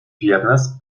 piernas